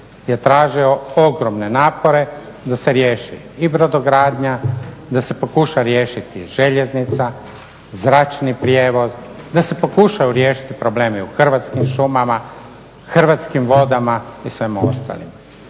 je tražio ogromne napore da se riješi i brodogradnja, da se pokuša riješiti željeznica, zračni prijevoz, da se pokušaju riješiti problemi u Hrvatskim šumama, Hrvatskim vodama i svemu ostalom.